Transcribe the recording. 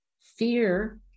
Fear